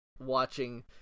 watching